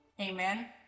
Amen